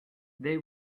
they